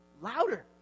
louder